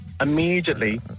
Immediately